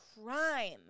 crime